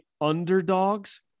underdogs